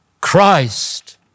Christ